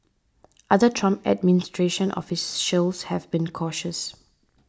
other Trump administration office shows have been cautious